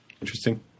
interesting